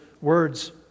words